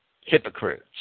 hypocrites